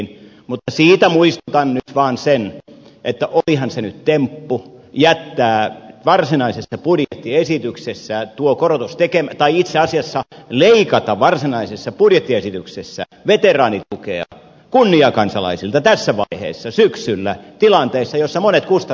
mutta siitä muistutan nyt vaan sen että olihan se nyt temppu jättää varsinaiset pudi esityksessään tuo korotus tekee vain itse asiassa eli leikata varsinaisessa budjettiesityksessä veteraanitukea kunniakansalaisilta tässä vaiheessa syksyllä tilanteessa jossa monet kustannukset nousevat